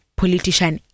politician